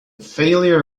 failure